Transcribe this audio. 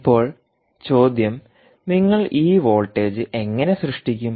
ഇപ്പോൾ ചോദ്യം നിങ്ങൾ ഈ വോൾട്ടേജ് എങ്ങനെ സൃഷ്ടിക്കും